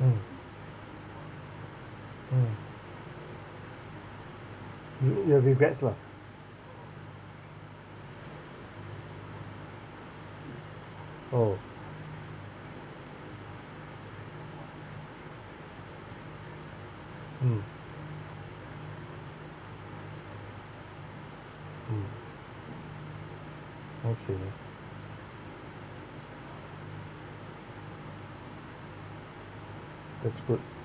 mm mm you you'll have regrets lah oh mm mm okay that's good